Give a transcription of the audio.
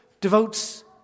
devotes